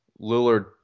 Lillard